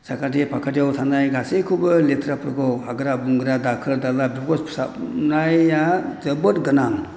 साखाथि फाखाथियाव थानाय गासैखौबो लेथ्राफोरखौ हाग्रा बंग्रा दाखोर दाला बेफोरखौ फोसाबनाया जोबोद गोनां